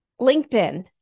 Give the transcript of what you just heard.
LinkedIn